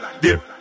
dip